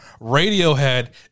Radiohead